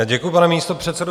Děkuji, pane místopředsedo.